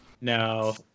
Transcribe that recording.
No